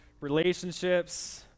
relationships